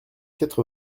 quatre